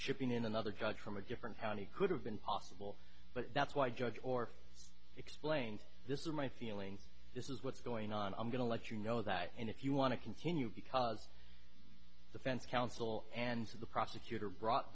shipping in another judge from a different county could have been possible but that's why judge or explained this is my feeling this is what's going on i'm going to let you know that and if you want to continue because the fence council and the prosecutor brought